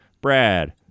Brad